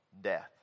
death